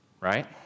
Right